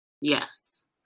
Yes